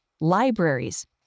libraries